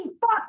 fuck